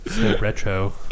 Retro